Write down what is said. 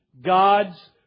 God's